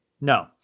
No